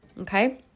Okay